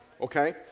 Okay